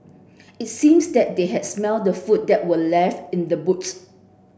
it seems that they had smelt the food that were left in the boots